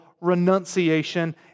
renunciation